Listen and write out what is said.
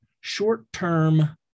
short-term